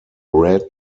red